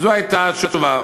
זו הייתה התשובה.